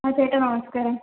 ഹാ ചേട്ടാ നമസ്ക്കാരം